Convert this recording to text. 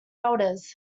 elders